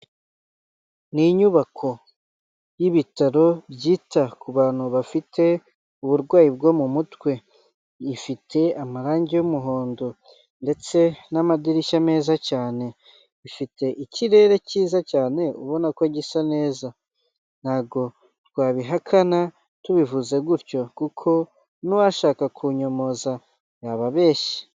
N'inyubako y'ibitaro byita ku bantu bafite uburwayi bwo mu mutwe, ifite amarangi y'umuhondo ndetse n'amadirishya meza cyane ifite ikirere cyiza cyane ubona ko gisa neza, ntabwo twabihakana tubivuze gutyo kuko n'uwashaka kunyomoza yababeshye.